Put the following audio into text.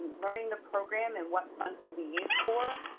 learning the program and what funds could be used for,